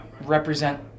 represent